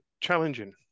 challenging